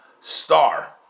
star